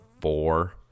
four